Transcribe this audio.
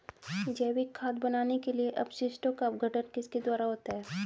जैविक खाद बनाने के लिए अपशिष्टों का अपघटन किसके द्वारा होता है?